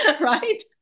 right